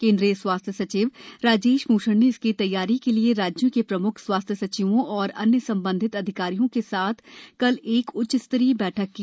केंद्रीय स्वास्थ्य सचिव राजेश भूषण ने इसकी तैयारी के लिए राज्यों के प्रम्ख स्वास्थ सचिवों और अन्य संबंधित अधिकारियों के साथ कल उच्च स्तरीय बैठक की